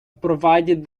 provided